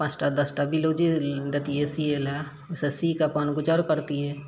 पाँचटा दसटा ब्लाउजे दैतियै सियै लए ओइसँ सीकऽ अपन गुजर करतियै